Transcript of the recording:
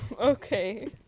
okay